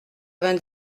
vingt